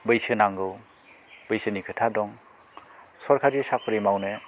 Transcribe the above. बैसो नांगौ बैसोनि खोथा दं सरकारि साक'रि मावनो